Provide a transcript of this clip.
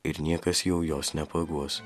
ir niekas jau jos nepaguos